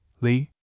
Lee